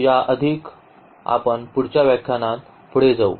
तर यावर अधिक आपण पुढच्या व्याख्यानात पुढे जाऊ